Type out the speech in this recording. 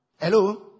Hello